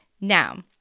Now